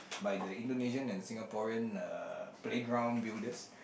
by the Indonesian and Singaporean uh play ground builders